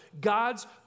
God's